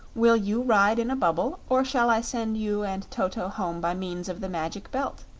will you ride in a bubble, or shall i send you and toto home by means of the magic belt?